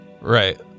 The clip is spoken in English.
Right